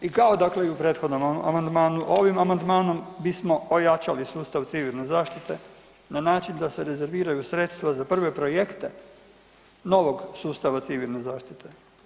I kao i u prethodnom amandmanu ovim amandmanom bismo ojačali sustav civilne zaštite na način da se rezerviraju sredstva za prve projekte novog sustava civilne zaštite.